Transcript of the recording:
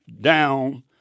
down